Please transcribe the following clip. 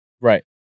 Right